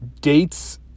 dates